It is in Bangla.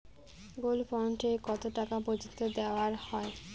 গোল্ড বন্ড এ কতো টাকা পর্যন্ত দেওয়া হয়?